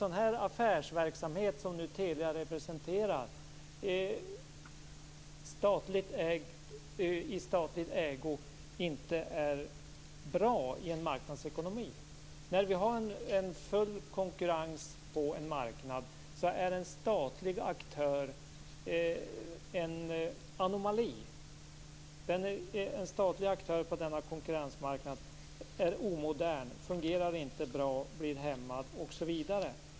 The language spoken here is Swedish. Sådan affärsverksamhet i statlig ägo som Telia representerar är inte bra i en marknadsekonomi. När vi har full konkurrens på en marknad är en statlig aktör en anomali. En statlig aktör på denna konkurrensmarknad är omodern. Den fungerar inte bra. Den blir hämmad osv.